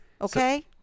okay